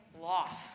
loss